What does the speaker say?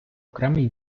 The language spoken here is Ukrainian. окремий